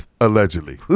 Allegedly